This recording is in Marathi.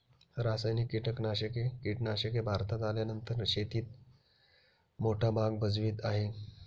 रासायनिक कीटनाशके भारतात आल्यानंतर शेतीत मोठा भाग भजवीत आहे